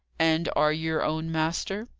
and are your own master?